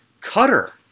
Cutter